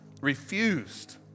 refused